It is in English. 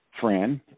friend